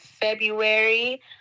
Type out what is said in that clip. February